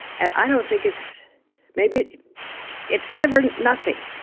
and i don't think it's maybe it's never nothing.